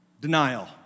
denial